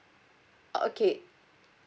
oh okay